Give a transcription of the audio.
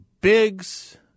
Biggs